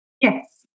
Yes